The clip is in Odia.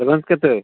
ପ୍ୟାମେଣ୍ଟ କେତେ